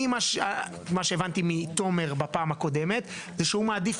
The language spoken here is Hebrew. לפי מה שהבנתי מתומר בפעם הקודמת הוא מעדיף